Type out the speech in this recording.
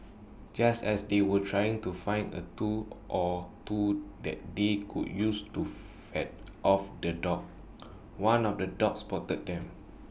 just as they were trying to find A tool or two that they could use to fend off the dog one of the dogs spotted them